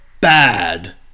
bad